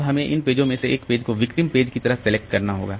अब हमें इन पेजों में से एक पेज को विक्टिम पेज की तरह सेलेक्ट करना होगा